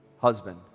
husband